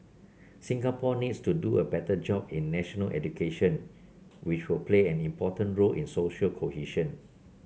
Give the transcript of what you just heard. Singapore needs to do a better job in national education which will play an important role in social cohesion